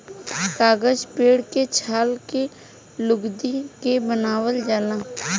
कागज पेड़ के छाल के लुगदी के बनावल जाला